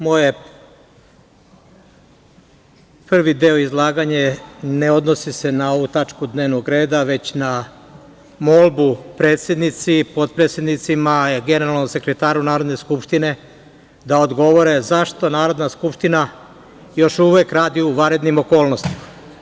Moj prvi deo izlaganja ne odnosi se na ovu tačku dnevnog reda, već na molbu predsednici i potpredsednici Maje i generalnom sekretaru Narodne skupštine, da odgovore – zašto Narodna skupština još uvek radi u vanrednim okolnostima?